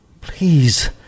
Please